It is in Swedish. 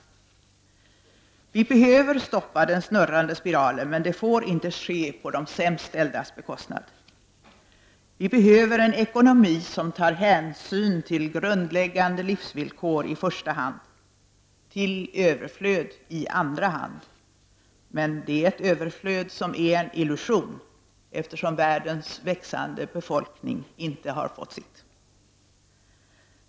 Vi behöver stoppa den snurrande spiralen, men det får inte ske på de sämst ställdas bekostnad. Vi behöver en ekonomi som tar hänsyn till grundläggande livsvillkor i första hand, till överflöd i andra hand — men det är ett överflöd som är en illusion, eftersom världens växande befolkning inte har fått sitt.